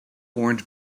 orange